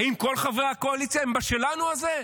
האם כל חברי הקואליציה הם ב"שלנו" הזה?